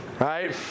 Right